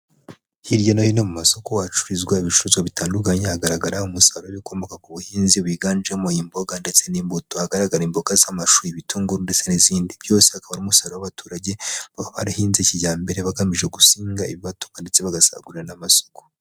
Hirya no hino mu masoko hacururizwa ibicuruzwa bitandukanye, hagaragara umusaruro w'ibikomoka ku buhinzi wiganjemo imboga ndetse n'imbuto. Ahagaragara imboga z'amashu, ibitunguru ndetse n'izindi. Byose akaba ari umusaruro w'abaturage baba barahinze kijyambere, bagamije guhinga ibibatunga ndetse bagasagurira n'amasoko.